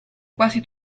quasi